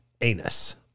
anus